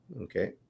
Okay